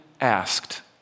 asked